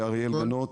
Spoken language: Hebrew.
אריאל גנוט,